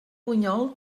bunyol